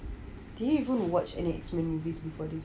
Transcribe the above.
did you watch any X-men movies before this